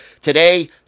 Today